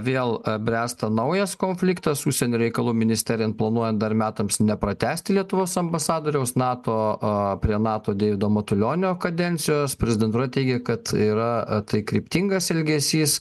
vėl bręsta naujas konfliktas užsienio reikalų ministerija planuoja dar metams nepratęsti lietuvos ambasadoriaus nato a prie nato deivido matulionio kadencijos prezidentūra teigia kad yra tai kryptingas elgesys